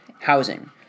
Housing